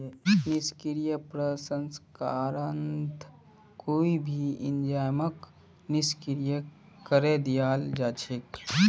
निष्क्रिय प्रसंस्करणत कोई भी एंजाइमक निष्क्रिय करे दियाल जा छेक